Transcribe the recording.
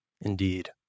indeed